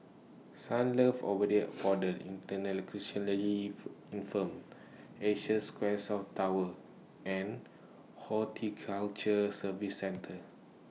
Sunlove Abode For The Intellectually If Infirmed Asia Square South Tower and Horticulture Services Centre